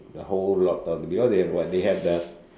the whole lord of because they have the they have the